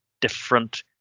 different